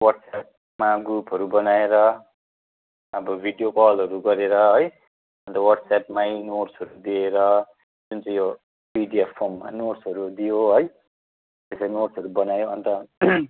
वाट्सएपमा ग्रुपहरू बनाएर अब भिडियो कलहरू गरेर है अन्त वाट्सएपमै नोट्सहरू दिएर जुन चाहिँ यो पिडिएफ फर्ममा नोट्सहरू दियो है यसरी नोट्सहरू बनायो अन्त